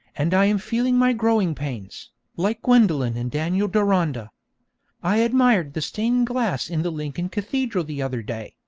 and i am feeling my growing pains like gwendolen in daniel deronda i admired the stained glass in the lincoln cathedral the other day,